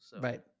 right